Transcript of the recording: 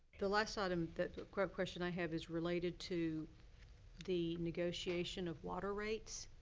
the last item that a quick question i have is related to the negotiation of water rates.